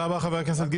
אני